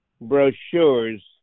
brochures